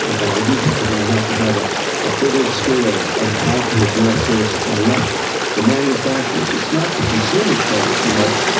ah but i do think we're going to have to have a ah bigger scale of how to address this. and let the manufacturers, it's not the consumers' fault so much,